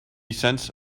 cents